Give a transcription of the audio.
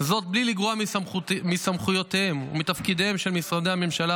זאת בלי לגרוע מסמכויותיהם ומתפקידיהם של משרדי הממשלה